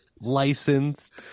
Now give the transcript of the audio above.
licensed